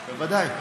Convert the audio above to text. בוודאי.